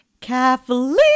Kathleen